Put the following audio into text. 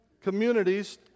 communities